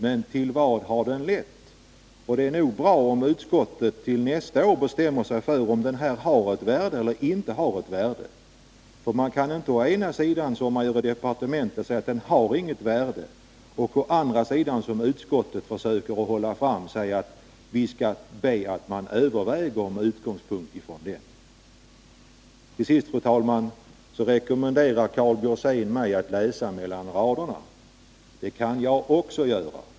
Men vad har det lett till? Det vore bra om utskottet till nästa år bestämmer sig för om denna rapport har något värde eller ej. Det går inte att å ena sidan, som departementet gör, säga att den inte har något värde och å andra sidan, som utskottet försöker göra, säga att man skall göra överväganden med utgångspunkt i den. Till sist, fru talman, rekommenderar Karl Björzén mig att läsa mellan raderna, och det kan jag också göra.